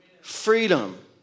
freedom